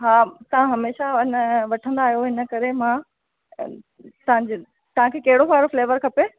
हा तव्हां हमेशा इन वठंदा आहियो इन करे मां तव्हांजे तव्हांखे कहिड़ो वारो फ्लेवर खपे